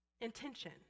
intention